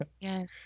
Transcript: yes